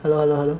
hello hello hello